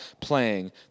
playing